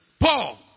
Paul